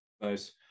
nice